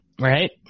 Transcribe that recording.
right